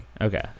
Okay